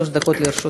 שלוש דקות לרשותך.